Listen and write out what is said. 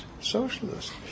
socialist